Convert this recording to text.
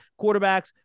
quarterbacks